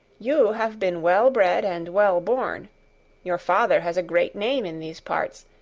you have been well-bred and well-born your father has a great name in these parts,